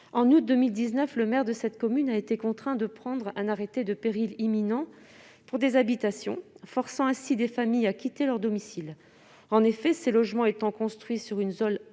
En août 2019, le maire de cette commune a été contraint de prendre un arrêté de péril imminent relatif à certaines habitations, forçant ainsi des familles à quitter leur domicile. En effet, ces logements étant construits sur une zone argileuse,